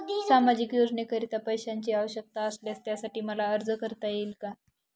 सामाजिक योजनेकरीता पैशांची आवश्यकता असल्यास त्यासाठी मला अर्ज करता येईल का?